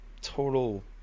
total